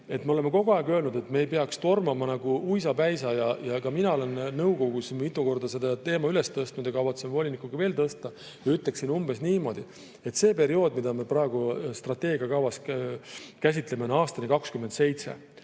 me oleme kogu aeg öelnud, et me ei peaks tormama uisapäisa. Ka mina olen nõukogus mitu korda selle teema üles tõstnud ja me kavatseme volinikuga seda veel üles tõsta. Ütleksin niimoodi, et see periood, mida me praegu strateegiakavas käsitleme, kestab aastani 2027.